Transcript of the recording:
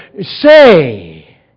say